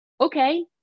Okay